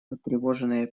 потревоженная